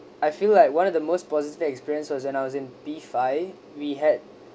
I feel like one of the most positive experience was when I was in P five we had